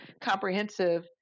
comprehensive